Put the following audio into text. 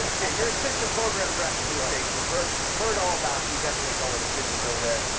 to see you your assistant program director for the station. we heard heard all about you. you get to make all the decision over there.